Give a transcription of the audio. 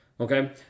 Okay